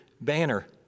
banner